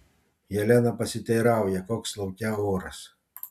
helena pasiteirauja koks lauke oras